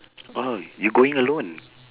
!huh! you going alone